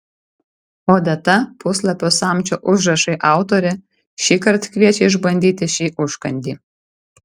odeta puslapio samčio užrašai autorė šįkart kviečia išbandyti šį užkandį